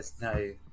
no